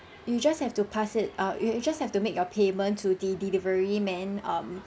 you just have to pass it uh you you just have to make your payment to the delivery man um